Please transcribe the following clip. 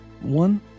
one